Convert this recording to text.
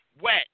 wet